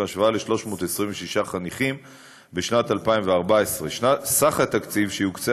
לעומת 326 בשנת 2014. סך התקציב שיוקצה